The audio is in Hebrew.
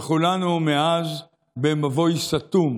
כולנו מאז במבוי סתום.